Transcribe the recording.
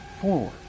forward